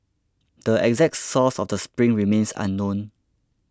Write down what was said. the exact source of the spring remains unknown